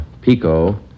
Pico